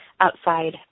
outside